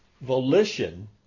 volition